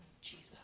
Jesus